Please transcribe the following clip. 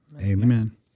Amen